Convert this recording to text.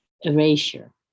erasure